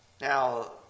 Now